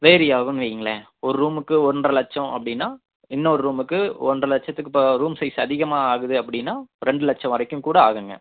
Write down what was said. vary ஆகும்ன்னு வைங்களேன் ஒரு ரூமுக்கு ஒன்றை லட்சம் அப்படின்னா இன்னொரு ரூம்முக்கு ஒன்றை லட்சத்துக்கு ரூம் சைஸ் அதிகமாக ஆகுது அப்படின்னா ரெண்டு லட்சம் வரைக்கும் கூட ஆகும்ங்க